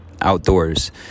outdoors